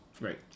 right